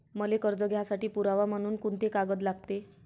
मले कर्ज घ्यासाठी पुरावा म्हनून कुंते कागद लागते?